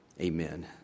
Amen